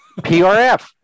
PRF